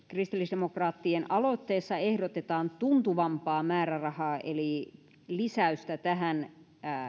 kristillisdemokraattien aloitteessa ehdotetaan tuntuvampaa määrärahaa eli lisäystä tähän